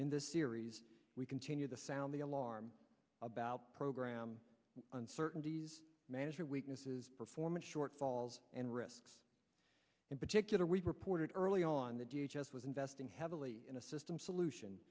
in this series we continue to sound the alarm about program uncertainties management weaknesses performance shortfalls and risks in particular we reported early on the d h s was investing heavily in a system solution